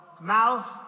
mouth